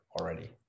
already